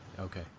okay